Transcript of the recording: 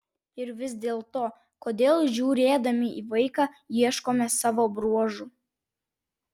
ir vis dėlto kodėl žiūrėdami į vaiką ieškome savo bruožų